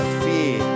fear